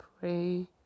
pray